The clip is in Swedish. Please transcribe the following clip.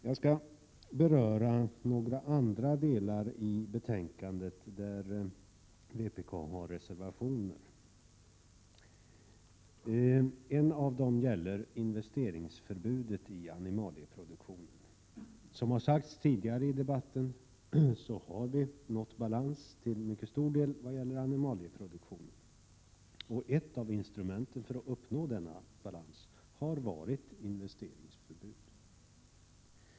Jag skall beröra några andra delar av betänkandet där vpk har reservationer. En av dem gäller investeringsförbudet i animalieproduktion. Som sagts tidigare har vi nått balans till mycket stor del när det gäller animalieproduktion. Ett av instrumenten för att uppnå denna balans har varit investeringsförbud.